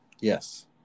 Yes